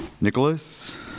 Nicholas